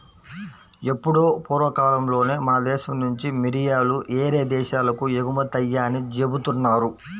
ఎప్పుడో పూర్వకాలంలోనే మన దేశం నుంచి మిరియాలు యేరే దేశాలకు ఎగుమతయ్యాయని జెబుతున్నారు